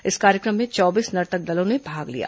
इस कार्यक्रम में चौबीस नर्तक दलों ने भाग लिया